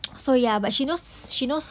so ya but she knows she knows